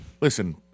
listen